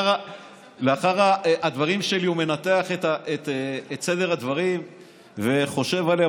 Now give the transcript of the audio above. ולאחר הדברים שלי הוא מנתח את סדר הדברים וחושב עליהם.